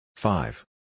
Five